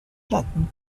flattened